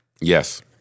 Yes